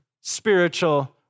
spiritual